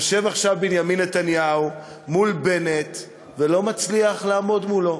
יושב עכשיו בנימין נתניהו מול בנט ולא מצליח לעמוד מולו.